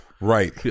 Right